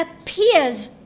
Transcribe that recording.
appears